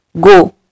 go